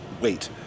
wait